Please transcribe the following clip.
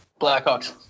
Blackhawks